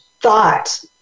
thought